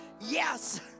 yes